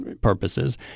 purposes